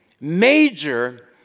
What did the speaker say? major